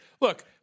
look